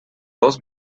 dos